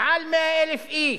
יותר מ-100,000 איש.